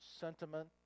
sentiment